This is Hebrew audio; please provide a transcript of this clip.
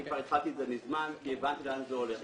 אני כבר התחלתי את זה מזמן כי הבנתי לאן זה הולך.